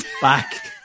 back